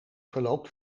verloopt